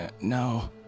No